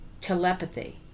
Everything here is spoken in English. telepathy